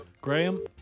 Graham